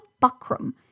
buckram